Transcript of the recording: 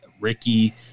Ricky